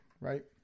right